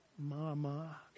Mama